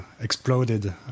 exploded